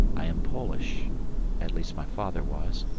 i am polish at least, my father was,